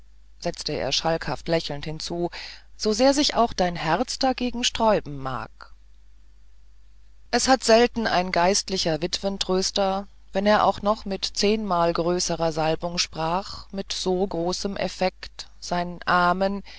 setzte er schalkhaft lächelnd hinzu so sehr sich auch dein herz dagegen sträuben mag es hat selten ein geistlicher witwentröster wenn er auch noch mit zehnmal größerer salbung sprach mit so großem effekt sein amen